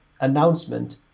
announcement